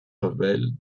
rebelles